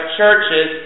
churches